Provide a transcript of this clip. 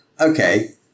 okay